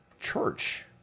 church